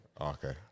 okay